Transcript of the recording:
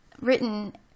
written